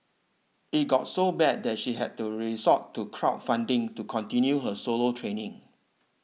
it got so bad that she had to resort to crowd funding to continue her solo training